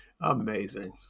Amazing